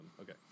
Okay